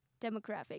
demographic